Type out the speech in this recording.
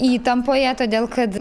įtampoje todėl kad